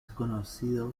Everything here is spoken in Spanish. conocido